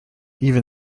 even